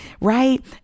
right